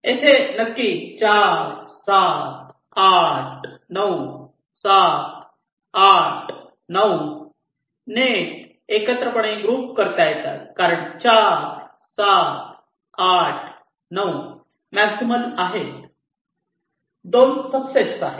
येथे नक्की 4 7 8 9 7 8 9 नेट एकत्र पणे ग्रुप करता येतात कारण 4 7 8 9 मॅक्झिमल आहे दोन सब सेट आहे